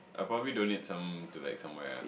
I'll probably donate some to like somewhere ah